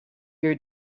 your